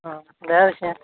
অঁ দে পিছে